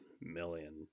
Million